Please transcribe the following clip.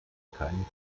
keinen